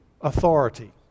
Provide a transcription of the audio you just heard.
authority